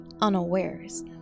unawares